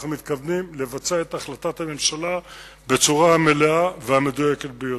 אנחנו מתכוונים לבצע את החלטת הממשלה בצורה המלאה והמדויקת ביותר.